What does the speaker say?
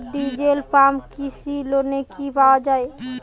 Diesel pump কৃষি লোনে কি পাওয়া য়ায়?